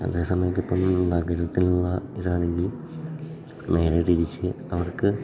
അതേ സമയത്ത് ഇപ്പം ഈ നഗരത്തിലുള്ള ഇതാണെങ്കിൽ നേരെ തിരിച്ച് അവർക്ക്